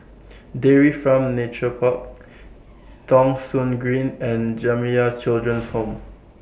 Dairy Farm Nature Park Thong Soon Green and Jamiyah Children's Home